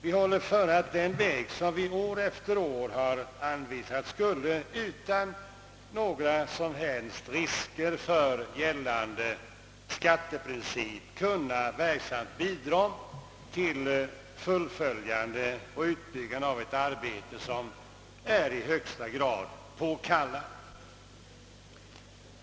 Vi håller före att den väg, som vi år efter år anvisat, skulle utan några som helst risker för gällande skatteprincip kunna verksamt bidra till fullföljande och utbyggande av ett arbete som är i högsta grad av behovet påkallat.